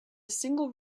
single